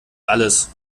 alles